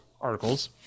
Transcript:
articles